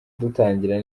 dutangira